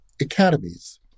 academies